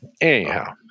anyhow